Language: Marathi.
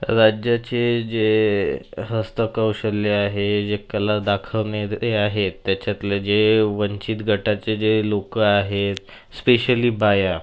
राज्याचे जे हस्तकौशल्य आहे जे कला दाखवणे ते आहे त्याच्यातले जे वंचित गटाचे जे लोक आहेत स्पेशली बाया